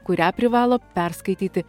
kurią privalo perskaityti